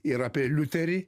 ir apie liuterį